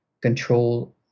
control